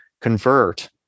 convert